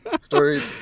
story